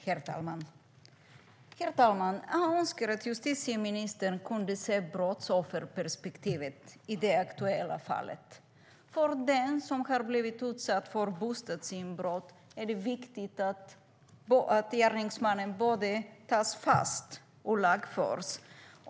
Herr talman! Jag önskar att justitieministern kunde se brottsofferperspektivet i det aktuella fallet. För den som har blivit utsatt för bostadsinbrott är det viktigt att gärningsmännen både tas fast och lagförs.